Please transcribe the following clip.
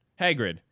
Hagrid